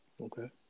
okay